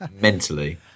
mentally